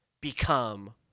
become